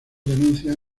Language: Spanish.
denuncias